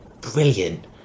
brilliant